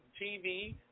TV